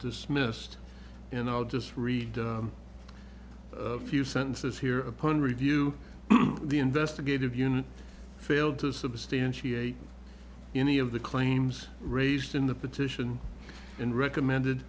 dismissed and i'll just read a few sentences here upon review the investigative unit failed to substantiate any of the claims raised in the petition and recommended